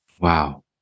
Wow